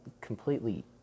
completely